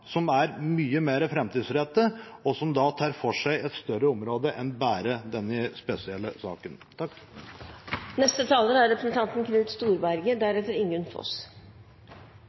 som er mye mer framtidsrettet og som da tar for seg et større område enn bare denne spesielle saken.